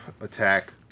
attack